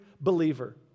believer